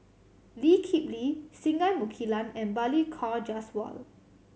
Lee Kip Lee Singai Mukilan and Balli Kaur Jaswal